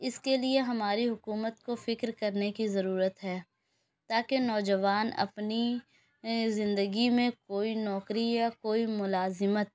اس کے لیے ہماری حکومت کو فکر کرنے کی ضرورت ہے تاکہ نوجوان اپنی زندگی میں کوئی نوکری یا کوئی ملازمت